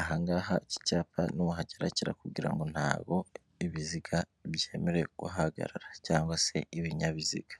ahangaha iki cyapa nuhagera kirakubwira ngo ntabwo ibiziga byemerewe kuhahagarara cg se ibinyabiziga.